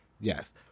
yes